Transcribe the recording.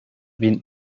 bin